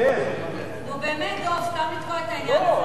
נו, באמת, דב, סתם לתקוע את העניין הזה?